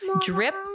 drip